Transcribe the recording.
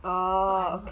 orh